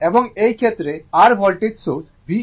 এবং এই ক্ষেত্রে r voltage source V Vm sin ω t